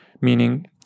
meaning